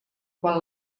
quan